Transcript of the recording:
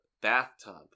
bathtub